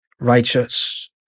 righteous